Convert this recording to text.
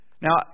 Now